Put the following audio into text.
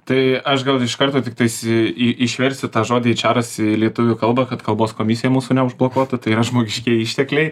tai aš gal iš karto tiktais į išversti tą žodį eičeras į lietuvių kalbą kad kalbos komisija mūsų neužblokuotų tai yra žmogiškieji ištekliai